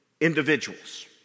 individuals